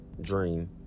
dream